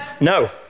No